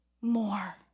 more